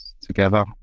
together